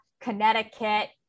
Connecticut